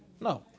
No